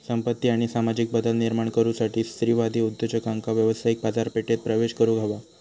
संपत्ती आणि सामाजिक बदल निर्माण करुसाठी स्त्रीवादी उद्योजकांका व्यावसायिक बाजारपेठेत प्रवेश करुक हवा